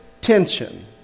tension